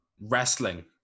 wrestling